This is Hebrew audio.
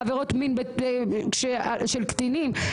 עכשיו דיברנו,